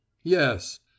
Yes